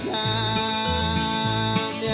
time